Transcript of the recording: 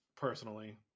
personally